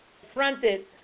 confronted